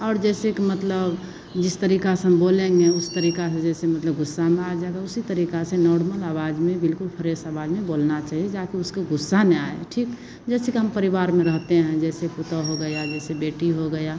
और जैसे कि मतलब जिस तरीका से हम बोलेंगे उस तरीका से जैसे मतलब गुस्सा में आ जाएगा उसी तरीका से नॉर्मल आवाज में बिल्कुल फ्रेस आवाज में बोलना चाहिए जाकि उसको गुस्सा न आए ठीक जैसे कि हम परिवार में रहते हैं जैसे पतोह हो गया जैसे बेटी हो गया